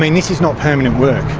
this is not permanent work.